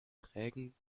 prägen